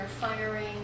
firing